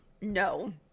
No